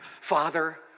Father